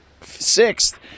sixth